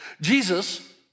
Jesus